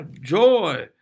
joy